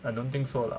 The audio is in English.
I don't think so lah